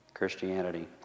Christianity